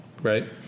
Right